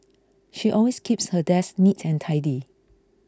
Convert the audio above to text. she always keeps her desk neat and tidy